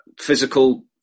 physical